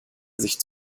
sicht